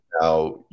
Now